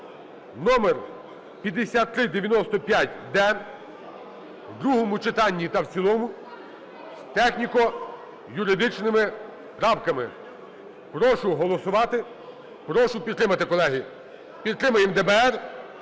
(№ 5395-д) в другому читанні та в цілому з техніко-юридичними правками. Прошу голосувати, прошу підтримати, колеги. Підтримаємо ДБР,